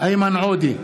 איימן עודה,